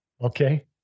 Okay